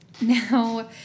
Now